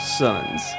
sons